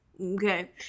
Okay